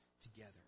together